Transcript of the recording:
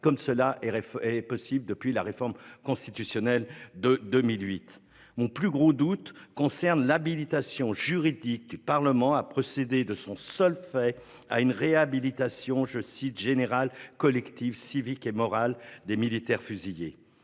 comme cela. RFI est possible depuis la réforme constitutionnelle de 2008 ont plus gros doutes concernent l'habilitation juridique du Parlement a procédé de son seul fait à une réhabilitation je cite général collective civique et moral des militaires fusillés.